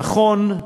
נכון,